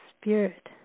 spirit